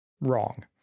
Wrong